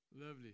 lovely